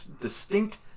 distinct